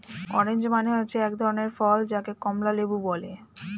orange মানে হচ্ছে এক ধরনের ফল যাকে কমলা লেবু বলে